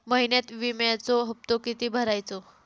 महिन्यात विम्याचो हप्तो किती भरायचो?